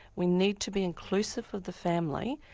we need to be inclusive of the family,